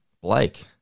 Blake